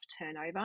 turnover